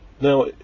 Now